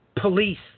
police